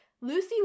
Lucy